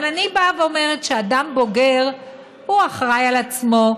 אבל אני באה ואומרת שאדם בוגר הוא אחראי לעצמו,